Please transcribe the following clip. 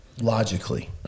Logically